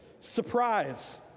Surprise